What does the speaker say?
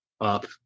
up